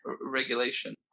regulation